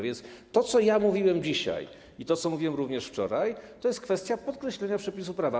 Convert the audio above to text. Więc to, co ja mówiłem dzisiaj, i to, co mówiłem również wczoraj, to jest kwestia podkreślenia przepisów prawa.